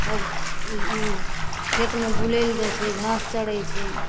तब खेतमे बुलै ले जाए छै घास चरै छै